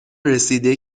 رسیده